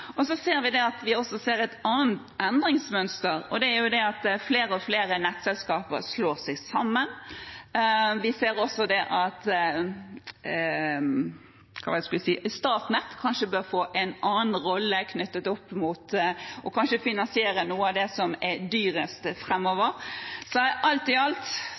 et annet endringsmønster, og det er at flere og flere nettselskaper slår seg sammen, og vi ser at Statnett kanskje bør få en annen rolle og kanskje finansiere noe av det som er dyrest framover. Alt i alt